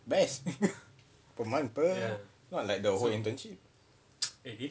best per month [pe] not like the whole internship